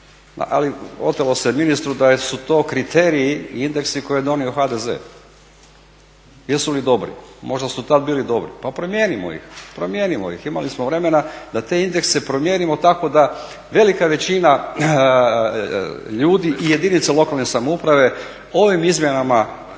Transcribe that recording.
ali otelo se ministru da su to kriteriji i indeksi koje je donio HDZ. Jesu li dobri? Možda su tada bili dobri. Pa promijenimo ih imali smo vremena da te indekse promijenimo tako da velika većina ljudi i jedinice lokalne samouprave ovim izmjenama